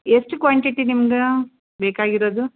ಎಷ್ಟು ಕ್ವಾಂಟಿಟಿ ನಿಮ್ಗೆ ಬೇಕಾಗಿರೋದು